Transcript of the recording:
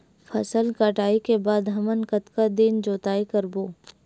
फसल कटाई के बाद हमन कतका दिन जोताई करबो?